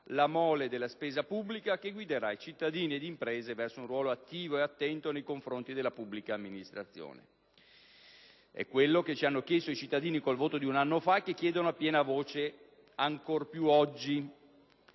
la mole della spesa pubblica, che guiderà cittadini ed imprese verso un ruolo attivo e attento nei confronti della pubblica amministrazione. È quello che ci hanno chiesto i cittadini col voto di un anno fa e che chiedono a piena voce ancor più oggi;